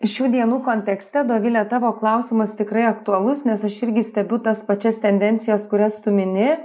šių dienų kontekste dovile tavo klausimas tikrai aktualus nes aš irgi stebiu tas pačias tendencijas kurias tu mini